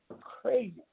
crazy